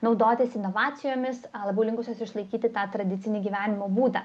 naudotis inovacijomis labiau linkusios išlaikyti tą tradicinį gyvenimo būdą